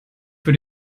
für